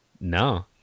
No